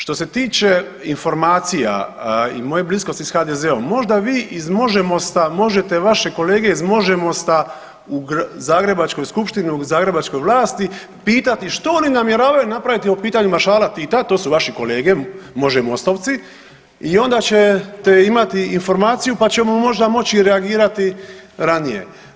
Što se tiče informacija i moje bliskosti sa HDZ-om možda vi iz MOŽEMO možete vaše kolege iz MOŽEMO u Zagrebačkoj skupštini, u zagrebačkoj vlasti pitati što oni namjeravaju napraviti po pitanju maršala Tita, to su vaši kolege, može i MOST-ovci i onda ćete imati informaciju pa ćemo možda moći reagirati ranije.